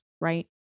right